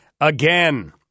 again